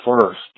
first